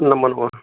नमः बोल्